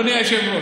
אדוני היושב-ראש,